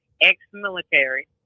ex-military